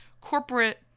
corporate